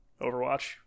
Overwatch